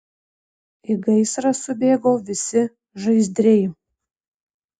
į gaisrą subėgo visi žaizdriai